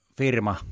firma